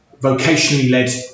vocationally-led